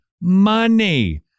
money